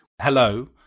Hello